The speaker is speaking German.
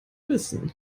wissen